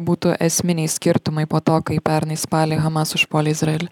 būtų esminiai skirtumai po to kai pernai spalį hamas užpuolė izraelį